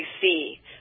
see